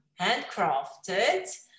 handcrafted